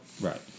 Right